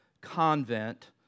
convent